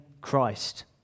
Christ